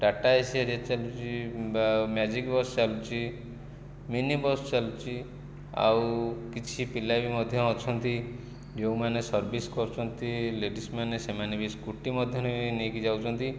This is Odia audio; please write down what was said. ଟାଟା ଏ ସି ହେରିକା ଚାଲୁଛି ବା ମ୍ୟାଜିକ୍ ବସ୍ ଚାଲୁଛି ମିନି ବସ୍ ଚାଲୁଛି ଆଉ କିଛି ପିଲାବି ମଧ୍ୟ ଅଛନ୍ତି ଯେଉଁମାନେ ସର୍ଭିସ୍ କରୁଛନ୍ତି ଲେଡ଼ିସ୍ ମାନେ ସେମାନେ ବି ସ୍କୁଟି ମଧ୍ୟ ନେଇକି ଯାଉଛନ୍ତି